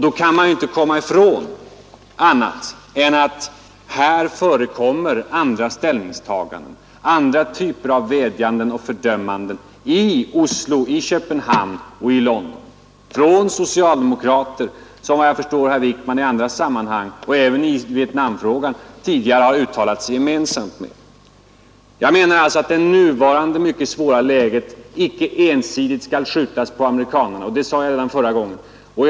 Då kan man inte komma ifrån att det förekommer andra ställningstaganden, andra typer av vädjanden och fördömanden. De görs i Oslo, i Köpenhamn och i London av socialdemokrater, och såvitt S1 jag förstår har herr Wickman gjort uttalanden gemensamt med dem i andra sammanhang och även i Vietnamfrågan. Jag menar alltså att skulden för det nuvarande, svåra läget icke ensidigt kan läggas på amerikanerna — det sade jag redan i mitt förra anförande.